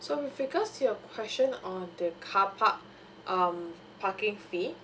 so with regards to your question on the carpark um parking fee